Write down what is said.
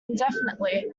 indefinitely